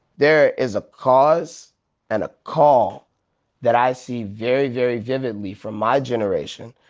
there is a cause and a call that i see very, very vividly from my generation,